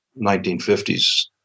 1950s